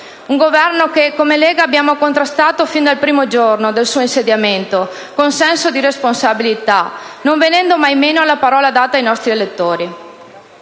un Governo che, come Lega Nord, abbiamo contrastato fin dal primo giorno del suo insediamento, con senso di responsabilità e non venendo mai meno alla parola data ai nostri elettori.